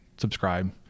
subscribe